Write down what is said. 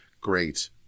Great